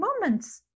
moments